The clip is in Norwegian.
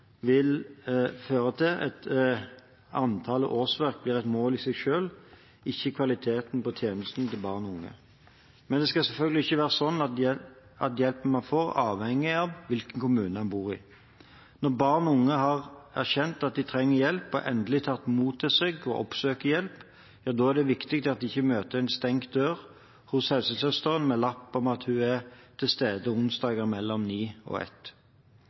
vil kunne føre til at antallet årsverk blir et mål i seg selv, ikke kvaliteten på tjenesten til barn og unge. Men det skal selvfølgelig ikke være slik at hjelpen man får, avhenger av hvilken kommune man bor i. Når barn og unge har erkjent at de trenger hjelp og endelig tatt mot til seg og oppsøkt hjelp, ja, da er det viktig at de ikke møter en stengt dør hos helsesøster med en lapp om at hun er til stede onsdager mellom 9 og